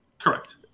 Correct